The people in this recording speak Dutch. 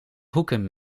hoeken